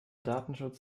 datenschutz